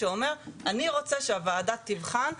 שאומר אני רוצה שהוועדה תבחן.